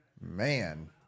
Man